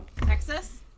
Texas